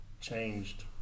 changed